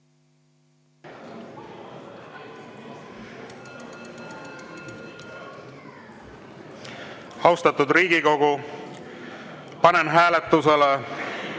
Austatud Riigikogu, panen hääletusele